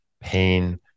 pain